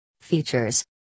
Features